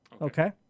Okay